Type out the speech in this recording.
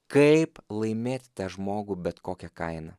kaip laimėti tą žmogų bet kokia kaina